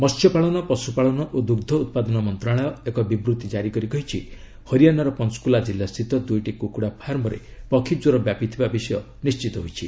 ମସ୍ୟପାଳନ ପଶୁପାଳନ ଓ ଦୁଗ୍ର ଉତ୍ପାଦନ ମନ୍ତ୍ରଣାଳୟ ଏକ ବିବୃତ୍ତି ଜାରି କରି କହିଛି ହରିୟାଣାର ପଞ୍ଚକୁଲା କିଲ୍ଲାସ୍ଥିତ ଦୁଇଟି କୁକୁଡ଼ା ଫାର୍ମରେ ପକ୍ଷୀଜ୍ୱର ବ୍ୟାପିଥିବା ବିଷୟ ନିର୍ଣ୍ଣିତ ହୋଇଛି